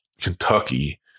Kentucky